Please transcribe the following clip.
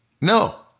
no